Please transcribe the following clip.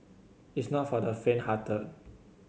it's not for the fainthearted